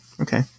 Okay